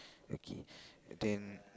okay then